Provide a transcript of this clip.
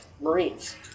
Marines